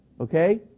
Okay